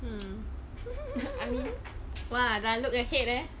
mm I mean !wah! dah look ahead eh